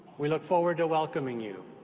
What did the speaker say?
we look forward to welcoming you.